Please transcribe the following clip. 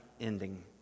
ending